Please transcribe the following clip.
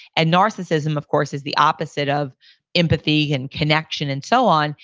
and narcissism of course is the opposite of empathy and connection and so on.